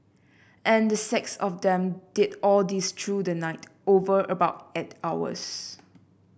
and the six of them did all this through the night over about eight hours